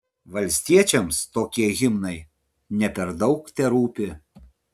valstiečiams tokie himnai ne per daug terūpi